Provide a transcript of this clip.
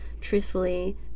truthfully